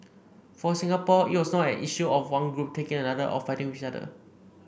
for Singapore it was not an issue of one group taking from another or fighting with each other